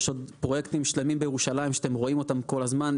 יש עוד פרויקטים שלמים בירושלים שאתם רואים כל הזמן,